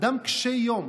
אדם קשה יום,